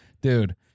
dude